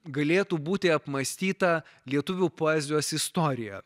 galėtų būti apmąstyta lietuvių poezijos istorija